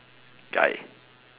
guy